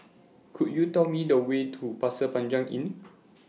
Could YOU Tell Me The Way to Pasir Panjang Inn